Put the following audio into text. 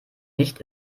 nicht